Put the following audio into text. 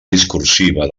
discursiva